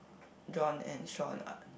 John and Shawn ah